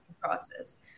process